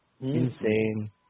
Insane